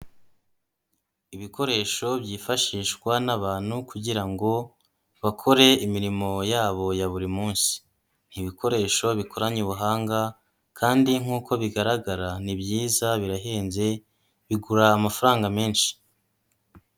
Ibikoresho byifashishwa n'abantu kugira ngo bakore imirimo yabo ya buri munsi, ni ibikoresho bikoranye ubuhanga kandi nkuko bigaragara ni byiza, birahenze, bigura amafaranga menshi.